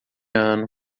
ano